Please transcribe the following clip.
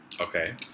okay